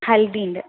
ഹൽദിയുണ്ട്